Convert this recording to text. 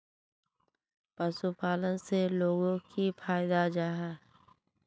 पशुपालन से लोगोक की फायदा जाहा?